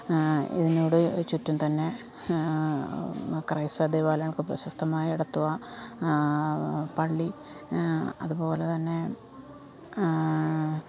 ഇതിനോട് ചുറ്റും തന്നെ ക്രൈസ്തവ ദേവാലയങ്ങൾക്ക് പ്രശസ്തമായ എടത്തുവാ പള്ളി അതുപോലെ തന്നെ